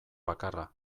bakarra